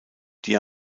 die